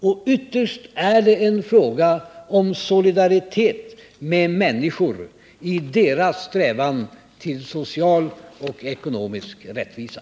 Och ytterst är det en fråga om solidaritet med människor i deras strävan till social och ekonomisk rättvisa.